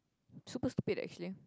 super stupid actually